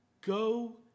go